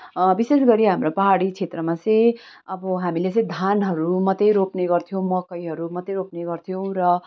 विशेष गरी हाम्रो पाहाडी क्षेत्रमा चाहिँ अब हामीले चाहिँ धानहरू मात्रै रोप्ने गर्थ्यौँ मकैहरू मात्रै रोप्ने गर्थ्यौँ र